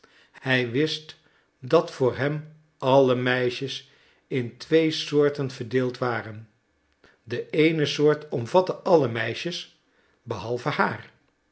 hij wist dat voor hem alle meisjes in twee soorten verdeeld waren de eene soort omvatte alle meisjes behalve haar